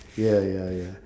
ya ya ya